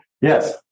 Yes